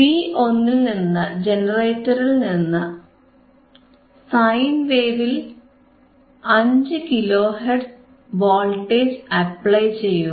V1ൽ ജനറേറ്ററിൽനിന്ന് സൈൻ വേവിൽ 5 kilohertz voltage apply ചെയ്യുക